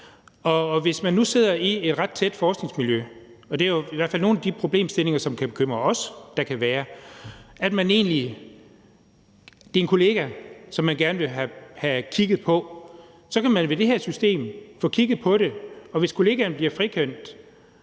Og hvis man nu sidder i et ret tæt forskningsmiljø – og det er jo i hvert fald nogle af de problemstillinger, som kan bekymre os, og som der kan være – og der er en kollega, som man gerne vil have kigget på, så kan man med det her system få kigget på det. Og hvis kollegaen bliver frikendt,